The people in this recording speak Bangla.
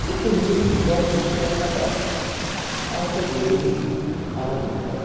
একটু নিজেকে বিপদমুক্ত রাখাটা অনেকটা জরুরি আমার মনে হয়